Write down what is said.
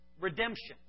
redemption